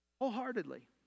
wholeheartedly